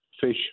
fish